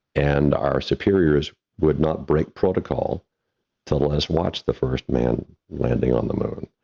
and our superiors would not break protocol to let us watch the first man landing on the moon.